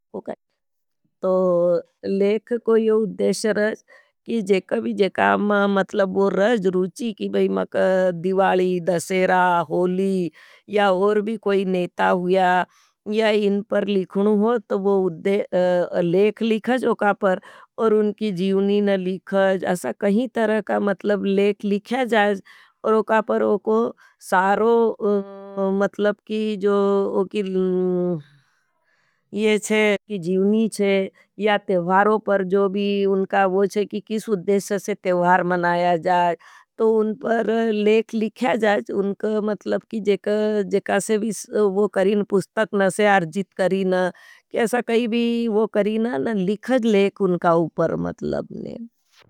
तो लेख को यो उद्धेश रज की जेकवी जेकाम मतलब। वो रज रूची की भी मतलब दिवाली, दसेरा, होली या और भी कोई नेता हुया। या इन पर लिखनु हो तो वो लेख लिखाज उकापर और उनकी जीवनी न लिखाज। असा कहीं तरका मतलब लेख लिखयाज और उका जीवनी चे या तेवारों पर जो भी उनका वो चे की किस उद्धेश से तेवार मनायाज। तो उनका लेख लिखयाज उनका मतलब की जेकासे। वी पुस्तक न से आरजित करीना केसा कही भी वो करीना न लिखाज लेक उनका उपर मतलब ने।